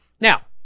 Now